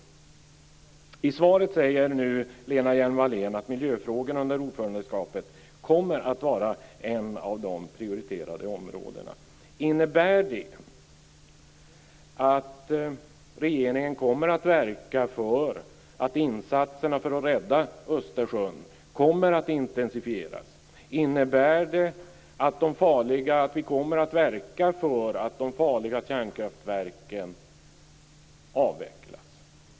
I svaret säger nu Lena Hjelm-Wallén att miljöfrågorna under ordförandeskapet kommer att vara ett av de prioriterade områdena. Innebär det att regeringen kommer att verka för att insatserna för att rädda Östersjön kommer att intensifieras? Innebär det att vi kommer att verka för att de farliga kärnkraftverken avvecklas?